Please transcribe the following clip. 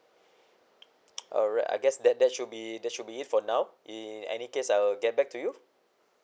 alright I guess that that should be that should be it for now in any case I will get back to you